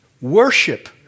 worship